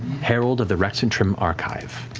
herald of the rexxentrum archive.